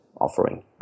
offering